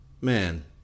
man